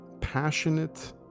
passionate